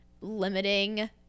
limiting